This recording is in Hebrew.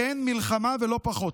כן, מלחמה ולא פחות,